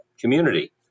community